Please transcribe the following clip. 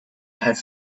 had